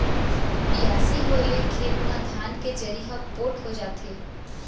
बियासी होए ले खेत म धान के जरी ह पोठ हो जाथे